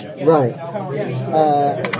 Right